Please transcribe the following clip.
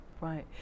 Right